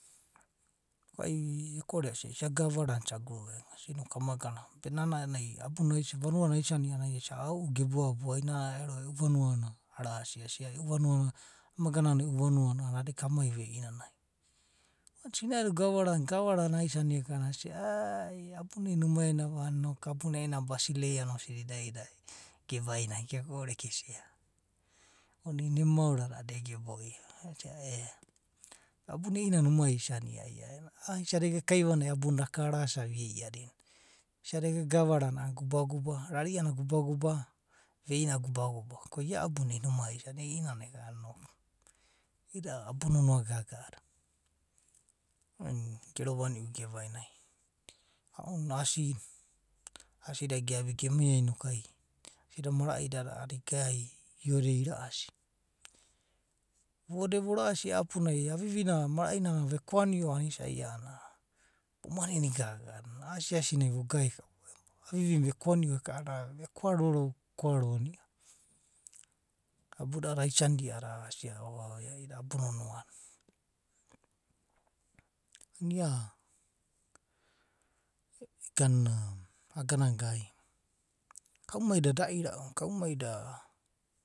Ko ai eko’ore asia, ai isagana gavara nai isa gava. Be ai nana abuna aisania, vanua na aisania a’anana ai ao’uda gebuabua ai na a’ero e’u vanua nna arasia. e’u vanua ama gava no e’u vanua na, adika amai ia vanuana ko wans ina’edo gava nanai. gavarana aisania eka’ananai asia. abuna iainana umai ainuva anana abuna i’inana basileia na osido idai aidai idai. noku geko’ore gesia oruna emu morada ege beio. asiae’a abuna i’inana oma isania. a ‘a isa da ega kaiua nai abuna daka arasaonava eiadina. isada ega gavarava na gubaguba. veina gubaguba ko iainana unaisania i’idada abu nonoa gaga. A’anana gero vaniu gevainai. Aonani. asida gemai gemi a noku asida mara idada iabi i’ode ira’asi vigana apunai avivi na marai veabio eka’ananai iabeno vo manini gaga, aivivina vekoanio eka’ananai vekoa ro ko ro nio. Abuda a’ada aisa nida a’adada aisa, i’idada abu nonoa da. I’inana ia, aganana gai, kaumai da da inau. Kaumai da.